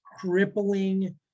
crippling